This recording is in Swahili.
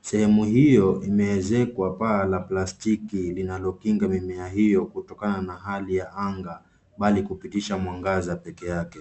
Sehemu hiyo imeezekwa paa la plastiki inayokinga mimea hiyo kutokana na Hali ya anga Bali hupitisha mwangaza pekee yake.